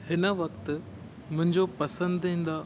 हिन वक़्तु मुंहिंजो पसंदीदा